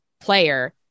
player